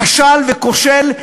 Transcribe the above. כשל וכושל,